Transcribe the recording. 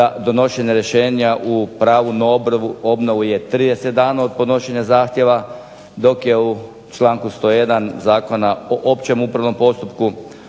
donošenje rješenja u pravu na obnovu je 30 dana od podnošenja zahtjeva dok je u članku 101. Zakona o općem upravnom postupku